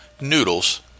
noodles